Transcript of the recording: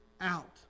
out